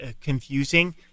confusing